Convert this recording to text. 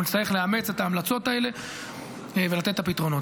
אנחנו נצטרך לאמץ את ההמלצות האלה ולתת את הפתרונות.